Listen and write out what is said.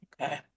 okay